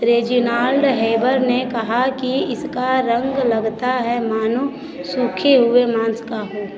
Reginald Heber ने कहा कि इसका रंग लगता है मानो सूखे हुए मांस का हो